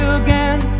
again